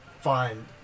Fine